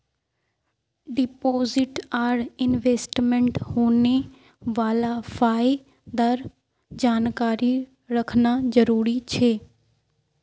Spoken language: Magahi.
डिपॉजिट आर इन्वेस्टमेंटत होने वाला फायदार जानकारी रखना जरुरी छे